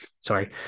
Sorry